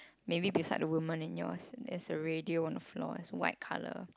maybe beside the woman in yours there's a radio on the floor it's white colour